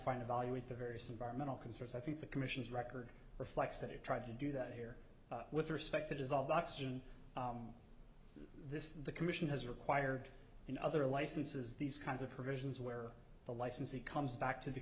and evaluate the various environmental concerns i think the commission's record reflects that or tried to do that here with respect to dissolved oxygen this the commission has required in other licenses these kinds of provisions where the licensee comes back to the